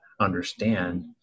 understand